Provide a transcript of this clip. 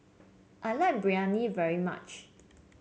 I like Biryani very much